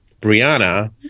brianna